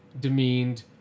demeaned